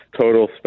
total